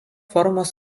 formos